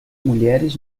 mulheres